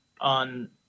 on